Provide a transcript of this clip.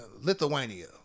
Lithuania